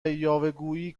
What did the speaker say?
یاوهگویی